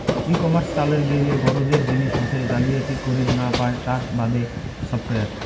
ই commerce চালের গেইলে গরোজের জিনিস হসে জালিয়াতি করির না পায় তার বাদে সফটওয়্যার